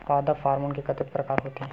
पादप हामोन के कतेक प्रकार के होथे?